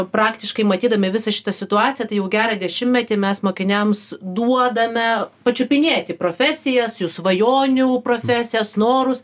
praktiškai matydami visą šitą situaciją tai jau gerą dešimtmetį mes mokiniams duodame pačiupinėti profesijas jų svajonių profesijas norus